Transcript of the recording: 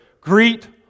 Greet